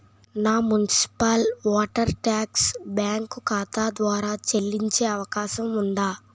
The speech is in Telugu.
నా మున్సిపల్ వాటర్ ట్యాక్స్ బ్యాంకు ఖాతా ద్వారా చెల్లించే అవకాశం ఉందా?